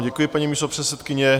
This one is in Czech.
Děkuji vám, paní místopředsedkyně.